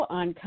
on